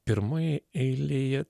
pirmoje eilėje